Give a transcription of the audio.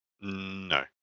No